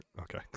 Okay